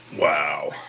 Wow